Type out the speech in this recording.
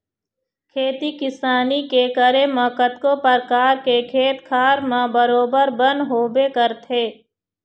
खेती किसानी के करे म कतको परकार के खेत खार म बरोबर बन होबे करथे